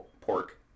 pork